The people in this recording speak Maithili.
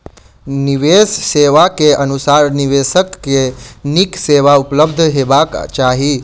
निवेश सेवा के अनुसार निवेशक के नीक सेवा उपलब्ध हेबाक चाही